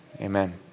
amen